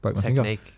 technique